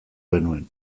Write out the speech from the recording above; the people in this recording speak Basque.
genuen